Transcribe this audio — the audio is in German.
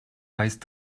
weißt